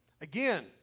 Again